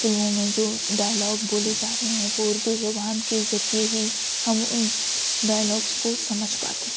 فلموں میں جو ڈائلاگ بولے جا رہے ہیں وہ اردو زبان کے ذریعے ہی ہم ان ڈائلاگس کو سمجھ پاتے ہیں